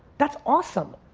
that's awesome.